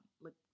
look